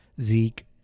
Zeke